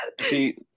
See